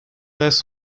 less